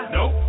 Nope